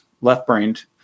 left-brained